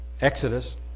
Exodus